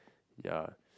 ya